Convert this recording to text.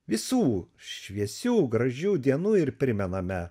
visų šviesių gražių dienų ir primename